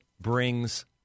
brings